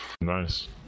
Nice